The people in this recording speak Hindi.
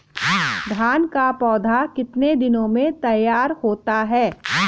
धान का पौधा कितने दिनों में तैयार होता है?